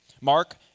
Mark